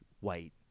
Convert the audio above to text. white